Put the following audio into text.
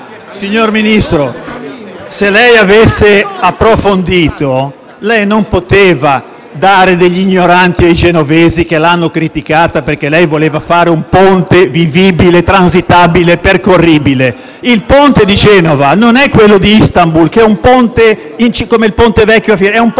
Signor Ministro, se lei avesse approfondito, non avrebbe potuto dare degli ignoranti ai genovesi che l'hanno criticata perché lei voleva fare un ponte vivibile, transitabile e percorribile. Il ponte di Genova non è quello di Istanbul, che è un ponte nella città,